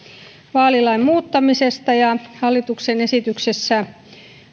vaalilain muuttamisesta ja hallituksen esityksessä